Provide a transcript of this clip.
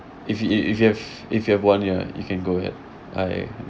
if you if you have ya if you have one idea you can go ahead I